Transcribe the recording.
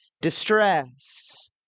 distress